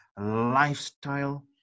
lifestyle